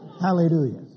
Hallelujah